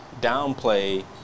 downplay